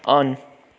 अन्